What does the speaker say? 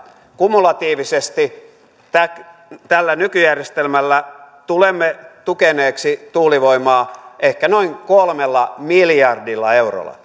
kumulatiivisesti tällä nykyjärjestelmällä tulemme tukeneeksi tuulivoimaa ehkä noin kolmella miljardilla eurolla